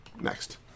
Next